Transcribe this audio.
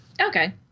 Okay